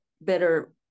better